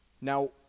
Now